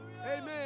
Amen